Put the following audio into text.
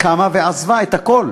קמה ועזבה את הכול.